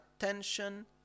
attention